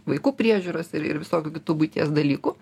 vaikų priežiūros ir ir visokių kitų buities dalykų